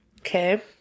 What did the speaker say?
okay